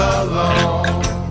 alone